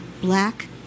Black